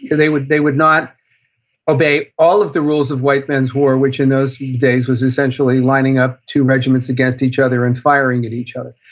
they would they would not obey all of the rules of white men's war, which in those days, was essentially lining up two regiments against each other and firing at each other,